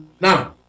Now